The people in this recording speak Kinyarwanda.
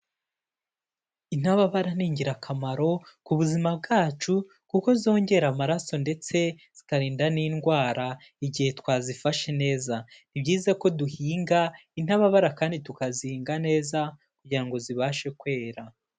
Intababara ni ingirakamaro ku buzima bwacu kuko zongera amaraso ndetse zikarinda n'indwara igihe twazifashe neza. Ni byiza ko duhinga intababara kandi tukazihinga neza kugira ngo zibashe kwera.